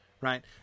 right